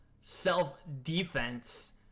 self-defense